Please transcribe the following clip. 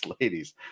ladies